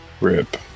rip